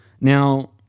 Now